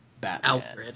Batman